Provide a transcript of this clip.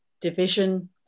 division